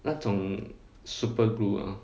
那种 super glue ah